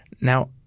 Now